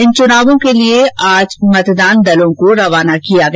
इन चुनावों के लिए आज मतदान दलों को रवाना किया गया